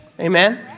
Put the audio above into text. amen